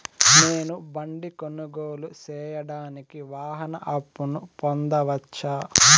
నేను బండి కొనుగోలు సేయడానికి వాహన అప్పును పొందవచ్చా?